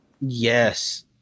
Yes